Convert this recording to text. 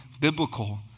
biblical